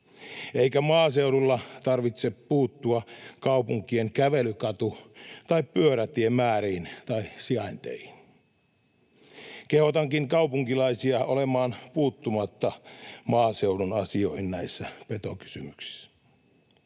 eikä maaseudulla tarvitse puuttua kaupunkien kävelykatu- tai pyörätiemääriin tai ‑sijainteihin. Kehotankin kaupunkilaisia olemaan puuttumatta maaseudun asioihin näissä petokysymyksissä.